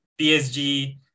PSG